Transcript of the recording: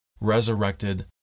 resurrected